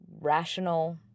rational